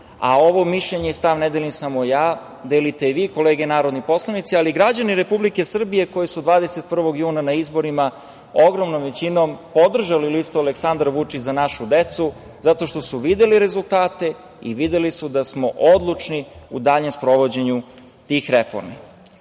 a ovo mišljenje i stav ne delim samo ja, delite i vi, kolege narodni poslanici, ali i građani Republike Srbije koji su 21. juna na izborima, ogromnom većinom, podržali listu „Aleksandar Vučić – Za našu decu“ zato što su videli rezultate i videli su da smo odlučni u daljem sprovođenju tih reformi. Na